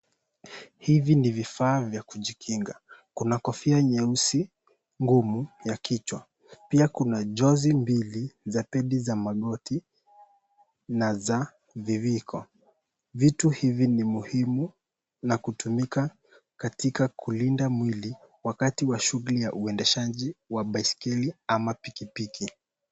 Hivi ni vifaa vya kujikinga. Kuna kofia nyeusi ngumu ya kichwa. Pia kuna jozi mbili za pedi za magoti na za viwiko. Vitu hivi ni muhimu na hutumika katika kulinda mwili wakati wa shughuli ya uendeshaji wa baiskeli ama pikipiki.